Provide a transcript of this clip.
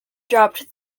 dropped